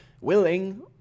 willing